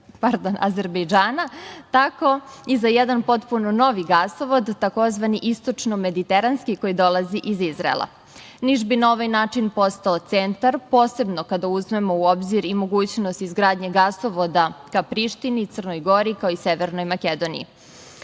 iz Azerbejdžana, tako i za jedan potpuno novi gasovod, tzv. istočnomediteranski koji dolazi iz Izraela. Niš bi na ovaj način postao centar, posebno kada uzmemo u obzir i mogućnost izgradnje gasovoda ka prištini, Crnoj Gori, kao i Severnoj Makedoniji. Kao